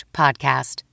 podcast